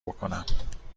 بکنم